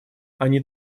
они